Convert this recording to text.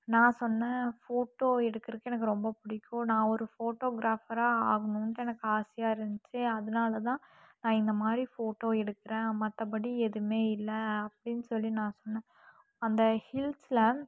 நான் சொன்னேன் ஃபோட்டோ எடுக்குறதுக்கு எனக்கு ரொம்ப பிடிக்கும் நான் ஒரு ஃபோட்டோகிராபராக ஆகணுன்ட்டு எனக்கு ஆசையாக இருந்துச்சு அதனாலதான் நான் இந்தமாதிரி ஃபோட்டோ எடுக்கிறேன் மற்றபடி எதுவுமே இல்லை அப்படினு சொல்லி நான் சொன்னேன் அந்த ஹில்ஸில்